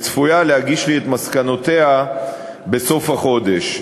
והיא צפויה להגיש לי את מסקנותיה בסוף החודש.